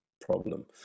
Problem